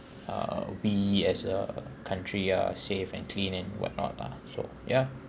uh we as a country are safe and clean and what not lah so ya